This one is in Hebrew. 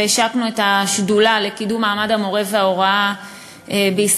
והשקנו את השדולה לקידום מעמד המורה וההוראה בישראל,